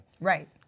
Right